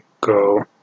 go